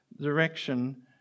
direction